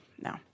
no